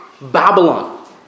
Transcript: Babylon